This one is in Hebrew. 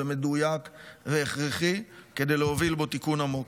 מדויק והכרחי כדי להוביל בו תיקון עמוק,